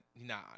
Nah